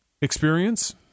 Experience